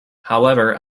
however